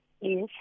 Yes